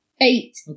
eight